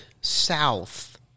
south